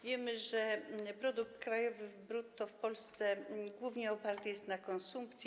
Wiemy, że produkt krajowy brutto w Polsce głównie oparty jest na konsumpcji.